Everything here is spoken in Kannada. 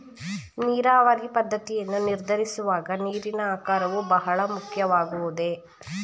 ನೀರಾವರಿ ಪದ್ದತಿಯನ್ನು ನಿರ್ಧರಿಸುವಾಗ ನೀರಿನ ಆಕಾರವು ಬಹಳ ಮುಖ್ಯವಾಗುವುದೇ?